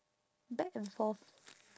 back and forth